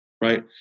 right